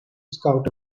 scout